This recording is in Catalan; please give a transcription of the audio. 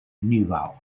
nival